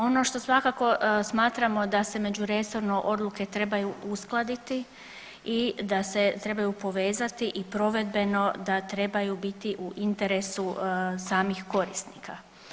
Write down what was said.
Ono što svakako smatramo da se međuresorno odluke trebaju uskladiti i da se trebaju povezati i provedbeno da trebaju biti u interesu samih korisnika.